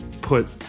put